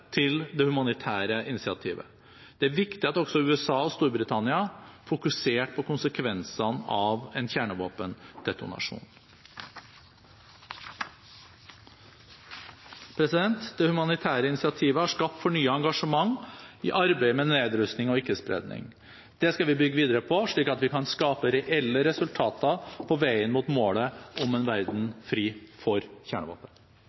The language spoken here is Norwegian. til det humanitære initiativet. Det er viktig at både USA og Storbritannia fokuserte på konsekvensene av en kjernevåpendetonasjon. Det humanitære initiativet har skapt fornyet engasjement i arbeidet med nedrustning og ikke-spredning. Det skal vi bygge videre på, slik at vi kan skape reelle resultater på veien mot målet om en verden